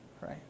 right